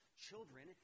Children